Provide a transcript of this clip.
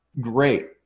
great